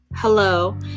Hello